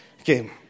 Okay